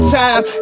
time